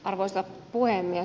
arvoisa puhemies